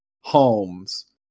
homes